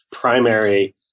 primary